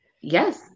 Yes